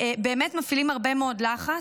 באמת מפעילים הרבה מאוד לחץ.